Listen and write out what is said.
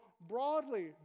broadly